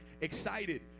excited